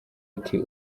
ati